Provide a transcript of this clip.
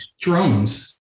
Drones